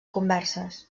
converses